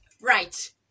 Right